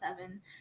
Seven